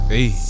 Hey